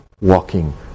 Walking